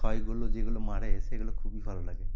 ছয়গুলো যেগুলো মারে সেগুলো খুবই ভালো লাগে